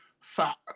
fat